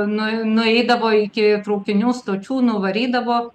nu nueidavo iki traukinių stočių nuvarydavo